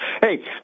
Hey